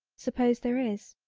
suppose there is.